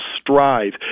strive